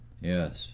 Yes